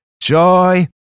joy